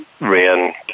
ran